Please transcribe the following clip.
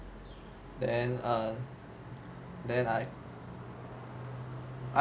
then err then I